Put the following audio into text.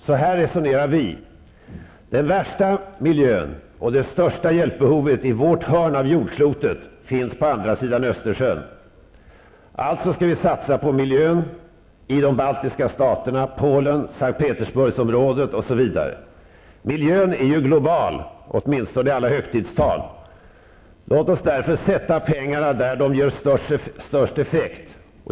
Så här resonerar vi: Den värsta miljön och det största hjälpbehovet i vårt hörn av jordklotet finns på andra sidan Östersjön. Alltså skall vi satsa på miljön i de baltiska staterna, i Polen, i S:t Petersburgsområdet osv. Miljön är ju global, åtminstone i alla högtidstal. Låt oss därför sätta pengarna där de ger störst effekt.